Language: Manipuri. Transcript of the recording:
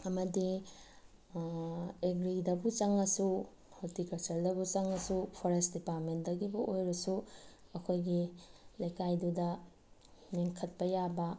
ꯑꯃꯗꯤ ꯑꯦꯒ꯭ꯔꯤꯗꯕꯨ ꯆꯪꯉꯁꯨ ꯍꯣꯔꯇꯤꯀꯜꯆꯔꯗꯕꯨ ꯆꯪꯉꯁꯨ ꯐꯣꯔꯦꯁ ꯗꯤꯄꯥꯔꯠꯃꯦꯟꯗꯒꯤꯕꯨ ꯑꯣꯏꯔꯁꯨ ꯑꯩꯈꯣꯏꯒꯤ ꯂꯩꯀꯥꯏꯗꯨꯗ ꯂꯤꯡꯈꯠꯄ ꯌꯥꯕ